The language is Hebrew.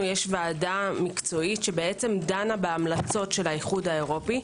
יש ועדה מקצועית שדנה בהמלצות האיחוד האירופי.